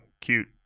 cute